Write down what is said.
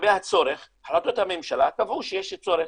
לגבי הצורך, החלטות הממשלה קבעו שיש צורך.